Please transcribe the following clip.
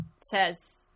says